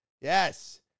Yes